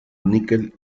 níquel